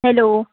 hello